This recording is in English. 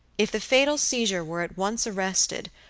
if the fatal seizure were at once arrested,